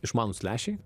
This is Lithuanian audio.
išmanūs lęšiai